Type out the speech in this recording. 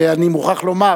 ואני מוכרח לומר